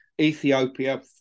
Ethiopia